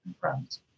friends